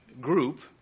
group